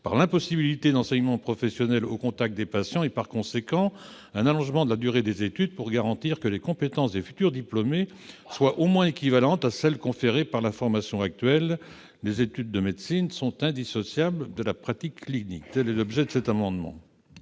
par l'impossibilité d'un enseignement professionnel au contact des patients et, par conséquent, par un allongement de la durée des études pour garantir que les compétences des futurs diplômés soient au moins équivalentes à celles que confère la formation actuelle. Les études de médecine sont indissociables de la pratique clinique. Quel est l'avis de la commission